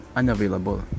unavailable